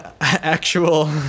Actual